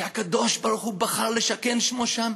שהקדוש-ברוך-הוא בחר לשכן שמו שם,